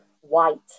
white